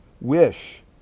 wish